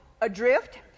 adrift